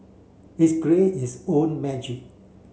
its create its own magic